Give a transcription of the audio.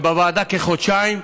ובוועדה, כחודשיים.